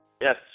Yes